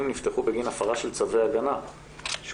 נפתחו בגין הפרה של צווי הגנה שהוצאו.